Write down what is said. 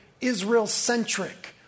Israel-centric